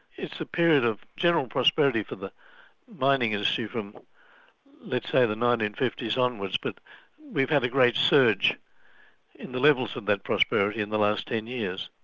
it's a period of general prosperity for the mining industry from let's say the nineteen fifty s onwards, but we've had a great surge in the levels of that prosperity in the last ten years.